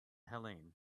helene